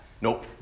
Nope